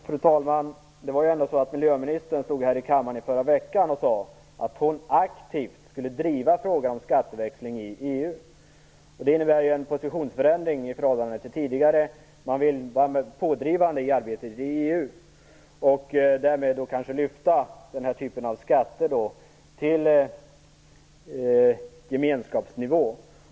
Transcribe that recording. Fru talman! Det var ändå så att miljöministern stod här i kammaren i förra veckan och sade att hon aktivt skulle driva frågan om skatteväxling i EU. Det innebär en positionsförändring i förhållande till tidigare. Man vill vara pådrivande i arbetet i EU och därmed kanske lyfta den här typen av skatter till gemenskapsnivå.